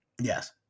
Yes